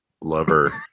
lover